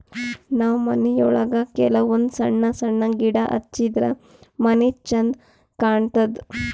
ನಾವ್ ಮನಿಯೊಳಗ ಕೆಲವಂದ್ ಸಣ್ಣ ಸಣ್ಣ ಗಿಡ ಹಚ್ಚಿದ್ರ ಮನಿ ಛಂದ್ ಕಾಣತದ್